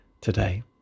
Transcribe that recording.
today